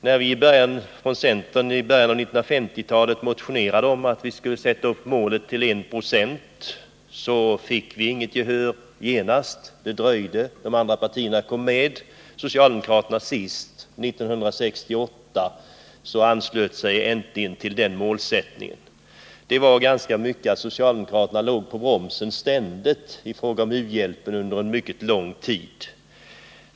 När vi från centern i början av 1950-talet motionerade om att sätta upp ett mål på 1 96 av bruttonationalprodukten fick vi inget gehör genast. Men de andra partierna kom med. Socialdemokraterna kom sist. År 1968 anslöt de sig äntligen till denna målsättning. Det var ganska tydligt att socialdemokraterna ständigt låg på bromsen i fråga om u-hjälpen under mycket lång tid.